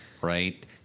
right